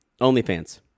OnlyFans